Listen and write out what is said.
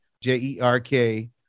J-E-R-K